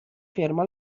ferma